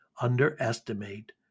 underestimate